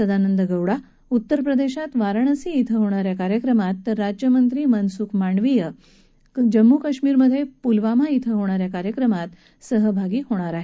सदानंद गौडा उत्तरप्रदेशात वाराणसी इथं होणाऱ्या कार्यक्रमात तर राज्य मंत्री मनसुख मांडवीय जम्मू काश्मीरमध्ये पुलवामा इथं होणाऱ्या कार्यक्रमात सहभागी होतील